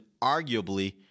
arguably